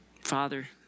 Father